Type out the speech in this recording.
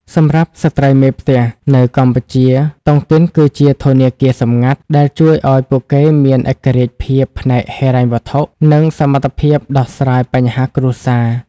សម្រាប់ស្រ្តីមេផ្ទះនៅកម្ពុជា តុងទីនគឺជា "ធនាគារសម្ងាត់" ដែលជួយឱ្យពួកគេមានឯករាជ្យភាពផ្នែកហិរញ្ញវត្ថុ និងសមត្ថភាពដោះស្រាយបញ្ហាគ្រួសារ។